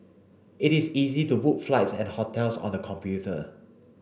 it is easy to book flights and hotels on the computer